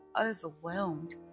overwhelmed